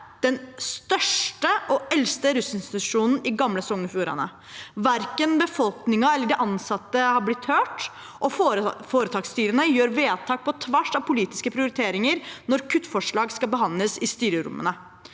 den største og eldste rusinstitusjonen i gamle Sogn og Fjordane. Verken befolkningen eller de ansatte har blitt hørt, og foretaksstyrene gjør vedtak på tvers av politiske prioriteringer når kuttforslag behandles i styrerommene.